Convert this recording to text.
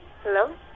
Hello